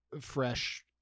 Fresh